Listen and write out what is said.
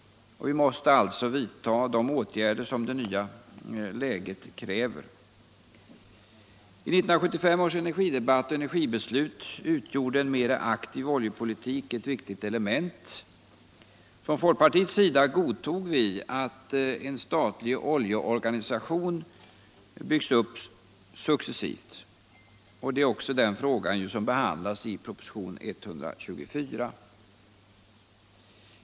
Vi måste alltså vidta de åtgärder som det nya läget kräver. I 1975 års energidebatt och energibeslut utgjorde en mera aktiv oljepolitik ett viktigt element. Från folkpartiets sida godtog vi att en statlig oljeorganisation byggs upp successivt. Det är också den frågan som behandlas i proposition 124.